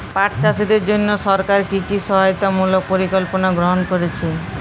পাট চাষীদের জন্য সরকার কি কি সহায়তামূলক পরিকল্পনা গ্রহণ করেছে?